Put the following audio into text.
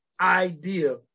idea